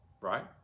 right